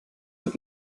wird